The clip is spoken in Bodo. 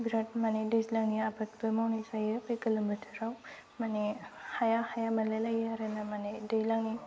बिराद माने दैज्लांनि आबादबो मावनाय जायो बे गोलोम बोथोराव माने हाया हाया मोनलायलायो आरो माने दैज्लांनि